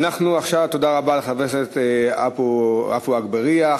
תודה רבה לחבר הכנסת עפו אגבאריה.